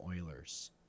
Oilers